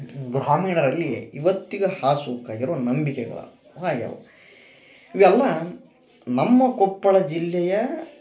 ಬ್ರಾಹ್ಮಣರಲ್ಲಿ ಇವತ್ತಿಗೂ ಹಾಸುಹೊಕ್ಕಾಗಿರುವ ನಂಬಿಕೆಗಳು ಆಗ್ಯವು ಇವೆಲ್ಲಾ ನಮ್ಮ ಕೊಪ್ಪಳ ಜಿಲ್ಲೆಯ